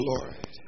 Lord